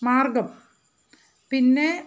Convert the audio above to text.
മാർഗം പിന്നെ